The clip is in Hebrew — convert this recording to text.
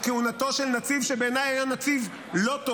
כהונתו של נציב שבעיניי היה נציב לא טוב,